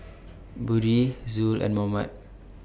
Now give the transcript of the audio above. Budi Zul and Muhammad